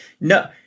no